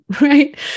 right